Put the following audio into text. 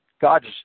God's